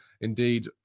indeed